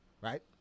Right